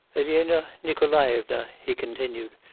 elena nikolaevna he continued,